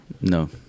No